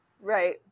Right